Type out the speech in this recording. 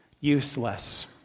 Useless